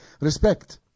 Respect